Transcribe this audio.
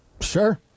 Sure